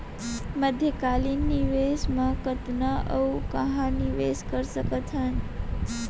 मध्यकालीन निवेश म कतना अऊ कहाँ निवेश कर सकत हन?